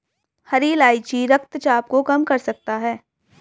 हरी इलायची रक्तचाप को कम कर सकता है